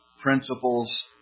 principles